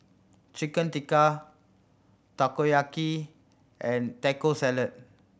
Chicken Tikka Takoyaki and Taco Salad